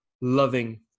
loving